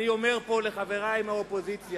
אני אומר פה לחברי מהאופוזיציה: